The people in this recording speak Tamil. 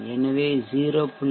எனவே 0